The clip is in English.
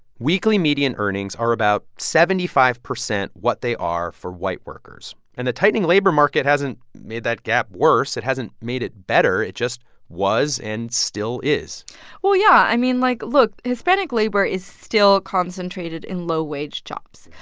weekly median earnings are about seventy five percent what they are for white workers. and the tightening labor market hasn't made that gap worse. it hasn't made it better. it just was and still is well, yeah. i mean, like, look hispanic labor is still concentrated in low-wage jobs.